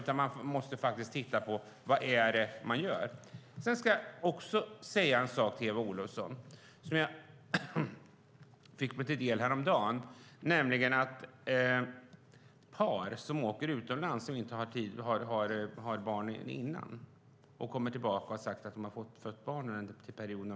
Man måste titta på vad det är man gör. Sedan ska jag säga en sak till Eva Olofsson som jag fick mig till del häromdagen. Det handlar om par som åker utomlands och inte har barn innan. När de kommer tillbaka har de sagt att de har fött barn under den perioden.